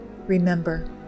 Remember